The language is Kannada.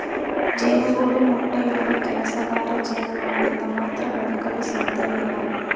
ಜೇನುಗೂಡು ಮೊಟ್ಟೆ ಇಡುವ ಕೆಲಸಗಾರ ಜೇನುನೊಣದಿಂದ ಮಾತ್ರ ಬದುಕಲು ಸಾಧ್ಯವಿಲ್ಲ